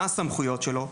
מה הסמכויות שלו?